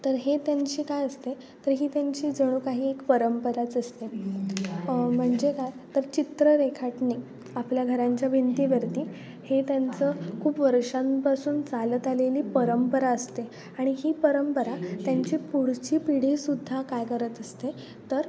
तर हे त्यांची काय असते तर ही त्यांची जणू काही एक परंपराच असते म्हणजे काय तर चित्र रेखाटणे आपल्या घरांच्या भिंतीवरती हे त्यांचं खूप वर्षांपासून चालत आलेली परंपरा असते आणि ही परंपरा त्यांची पुढची पिढीसुद्धा काय करत असते तर